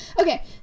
Okay